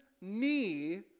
knee